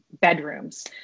bedrooms